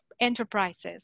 enterprises